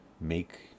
make